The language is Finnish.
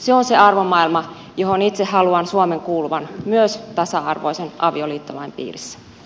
se on se arvomaailma johon itse haluan suomen kuuluvan myös tasa arvoisen avioliittolain piirissä